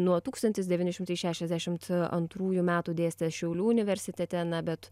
nuo tūkstantis devyni šimtai šešiasdešimt antrųjų metų dėstęs šiaulių universitete na bet